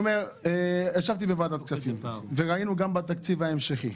ישבתי בוועדת הכספים וראינו גם בתקציב ההמשכי